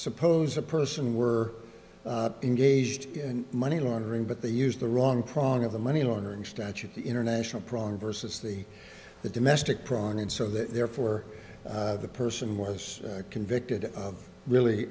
suppose a person were engaged in money laundering but they used the wrong prong of the money laundering statute the international prong versus the the domestic problem and so therefore the person was convicted of really